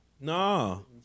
No